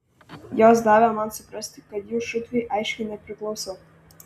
jos davė man suprasti kad jų šutvei aiškiai nepriklausau